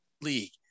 league